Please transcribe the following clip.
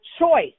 choice